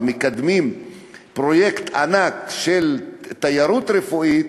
ומקדמים פרויקט ענק של תיירות רפואית,